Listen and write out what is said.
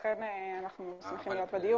לכן אנחנו שמחים --- נטע,